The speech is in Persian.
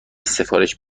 سفارش